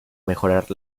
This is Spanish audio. mejorar